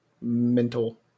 mental